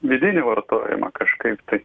vidinį vartojimą kažkaip tai